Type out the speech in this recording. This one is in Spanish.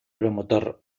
promotor